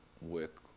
work